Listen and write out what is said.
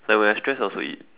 like when I stressed I also eat